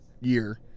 year